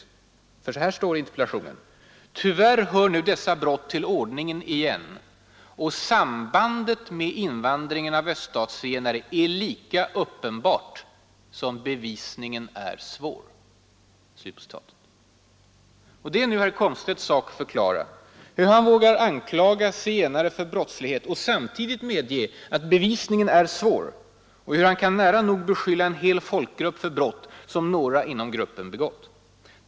Han skriver nämligen på följande sätt i interpellationen: ”Tyvärr hör nu dessa brott till ordningen igen och sambandet med invandringen av öststatszigenare är lika uppenbart som bevisningen är svår.” Det är nu herr Komstedts sak att förklara hur han vågar anklaga zigenarna för brottslighet och samtidigt medge att ”bevisningen är svår” och hur han kan nära nog beskylla en hel folkgrupp för brott som några inom gruppen har begått.